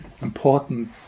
important